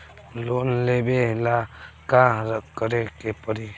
Loan लेबे ला का करे के पड़ी?